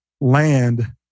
land